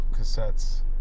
cassettes